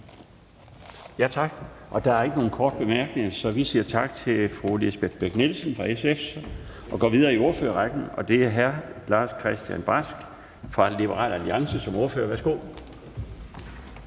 Tak. Der er ikke nogen korte bemærkninger, så vi siger tak til fru Lisbeth Bech-Nielsen fra SF og går videre i ordførerrækken. Det er hr. Lars-Christian Brask fra Liberal Alliance som ordfører. Værsgo.